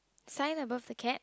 sign above the cat